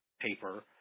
paper